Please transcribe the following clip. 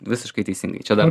visiškai teisingai čia dar